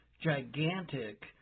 gigantic –